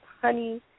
Honey